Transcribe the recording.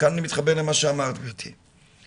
וכאן אני מתחבר למה שאמרת, גברתי.